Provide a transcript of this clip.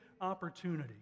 opportunity